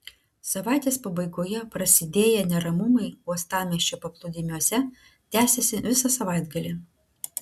savaitės pabaigoje prasidėję neramumai uostamiesčio paplūdimiuose tęsėsi visą savaitgalį